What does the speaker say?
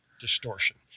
distortion